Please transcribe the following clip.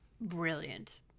brilliant